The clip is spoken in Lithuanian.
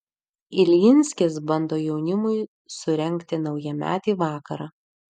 iljinskis bando jaunimui surengti naujametį vakarą